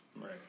Right